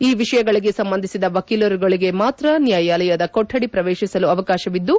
ಈ ವಿಷಯಗಳಿಗೆ ಸಂಬಂಧಿಸಿದ ವಕೀಲರುಗಳಿಗೆ ಮಾತ್ರ ನ್ನಾಯಾಲಯದ ಕೊಠಡಿ ಪ್ರವೇಶಿಸಲು ಅವಕಾಶವಿದ್ದು